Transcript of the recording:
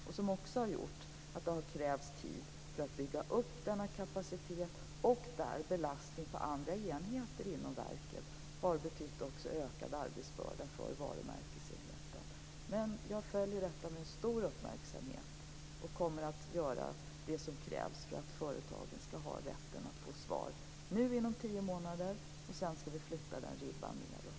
Det har också gjort att det har krävts tid för att bygga upp denna kapacitet. Belastning på andra enheter inom verket har också betytt en ökad arbetsbörda för varumärkesenheten. Men jag följer detta med stor uppmärksamhet. Jag kommer att göra det som krävs för att företagen nu skall ha rätt att få svar inom tio månader, och sedan skall vi flytta den ribban nedåt.